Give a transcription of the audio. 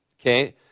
okay